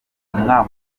ubura